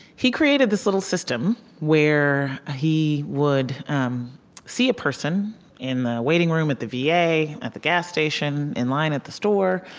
he created this little system where he would um see a person in the waiting room at the va, yeah at the gas station, in line at the store.